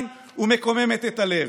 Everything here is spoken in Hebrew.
כזאתו הדוקרת את העין ומקוממת את הלב.